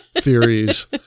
theories